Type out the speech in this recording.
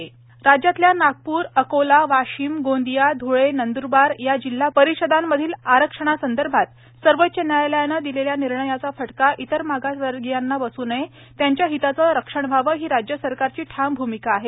जिल्हा परिषद आरक्षण राज्यातल्या नागपूर अकोला वाशिम गोंदिया धुळे नंदूरबार या जिल्हा परिषदांमधील आरक्षणासंदर्भात सर्वोच्च न्यायालयानं दिलेल्या निर्णयाचा फटका इतर मागासवर्गीयांना बसू नये त्यांच्या हिताचं रक्षण व्हावं ही राज्य सरकारची ठाम भूमिका आहे